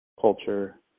culture